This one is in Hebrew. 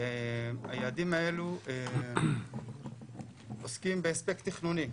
היעדים האלו עוסקים באספקט תכנוני,